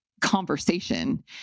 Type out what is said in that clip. conversation